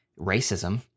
racism